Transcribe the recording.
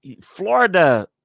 Florida